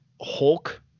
Hulk